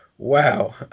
Wow